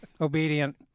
obedient